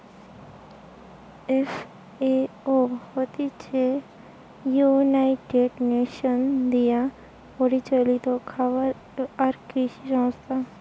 FAO হতিছে United Nations দিয়া পরিচালিত খাবার আর কৃষি সংস্থা